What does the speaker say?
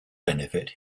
benefit